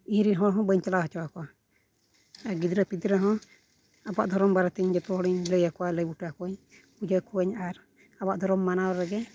ᱤᱧᱨᱮᱱ ᱦᱚᱲ ᱦᱚᱸ ᱵᱟᱹᱧ ᱪᱟᱞᱟᱣ ᱦᱚᱪᱚᱣᱟᱠᱚᱣᱟ ᱟᱨ ᱜᱤᱫᱽᱨᱟᱹᱼᱯᱤᱫᱽᱨᱟᱹ ᱦᱚᱸ ᱟᱵᱚᱣᱟᱜ ᱫᱷᱚᱨᱚᱢ ᱵᱟᱨᱮ ᱛᱮᱧ ᱡᱷᱚᱛᱚ ᱦᱚᱲᱤᱧ ᱞᱟᱹᱭᱟᱠᱚᱣᱟ ᱞᱟᱹᱭ ᱵᱩᱴᱟᱹ ᱟᱠᱚᱣᱟᱧ ᱵᱩᱡᱷᱟᱹᱣ ᱠᱚᱣᱟᱧ ᱟᱨ ᱟᱵᱚᱣᱟᱜ ᱫᱷᱚᱨᱚᱢ ᱢᱟᱱᱟᱣ ᱨᱮᱜᱮ